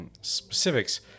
specifics